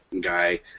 guy